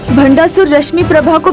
but and so rashmiprabha.